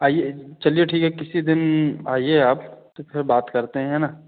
आइए चलिए ठीक है किसी दिन आइए आप तो फिर बात करते हैं है ना